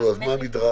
אז מה המדרג?